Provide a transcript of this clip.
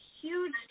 huge